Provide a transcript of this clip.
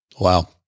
Wow